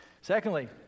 secondly